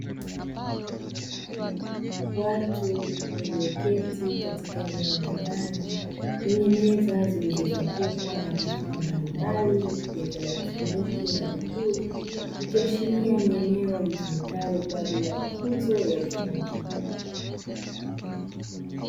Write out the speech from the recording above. Watu waklioketi katika eneo la ndani lenye meza zilizozungukwa na vifaa mbalimbali vya kielektroniki na vipuli, ikiashiria ni eneo litumikalo kwa ajili ya mafunzo ya ufundi.